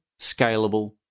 scalable